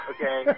Okay